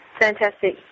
Fantastic